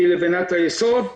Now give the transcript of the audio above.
הן לבנות היסוד.